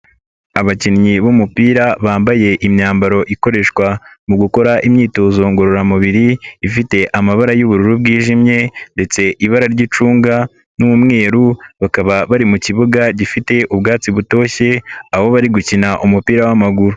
Abakinnyi b'umupira bambaye imyambaro ikoreshwa mu gukora imyitozo ngororamubiri ifite amabara y'ubururu bwijimye ndetse ibara ry'icunga n'umweru bakaba bari mu kibuga gifite ubwatsi butoshye aho bari gukina umupira w'amaguru.